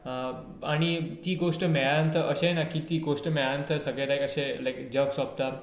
आनी ती गोश्ट मेळ्ळ्या नंतर अशेंय ना की ती गोश्ट मेळ्ळ्या नंतर सगलें लायक अशें लायक जग सोंपता